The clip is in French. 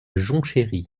jonchery